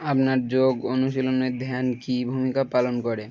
আপনার যোগ অনুশীলনের ধ্যান কি ভূমিকা পালন করে